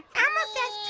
elmo says